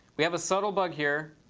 we have a subtle bug here